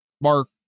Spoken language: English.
Mark